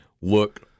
look